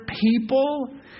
people